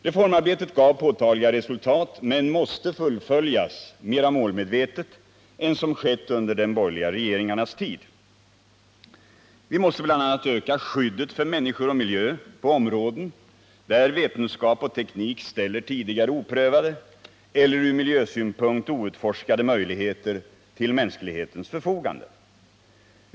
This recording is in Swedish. Reformarbetet gav påtagliga resultat men måste fullföljas mera målmedvetet än som skett under de borgerliga regeringarnas tid. Vi måste bl.a. öka skyddet för människor och miljö på områden där vetenskap och teknik ställer tidigare oprövade eller från miljösynpunkt outforskade möjligheter till mänsklighetens förfogande.